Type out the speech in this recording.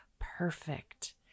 perfect